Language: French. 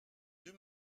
deux